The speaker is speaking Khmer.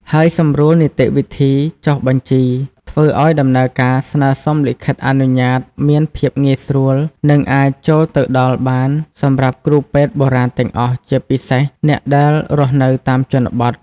ហើយសម្រួលនីតិវិធីចុះបញ្ជី ធ្វើឲ្យដំណើរការស្នើសុំលិខិតអនុញ្ញាតមានភាពងាយស្រួល និងអាចចូលទៅដល់បានសម្រាប់គ្រូពេទ្យបុរាណទាំងអស់ ជាពិសេសអ្នកដែលរស់នៅតាមជនបទ។